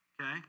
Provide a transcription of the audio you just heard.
Okay